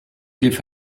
give